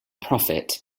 profit